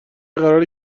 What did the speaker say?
قراره